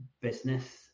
business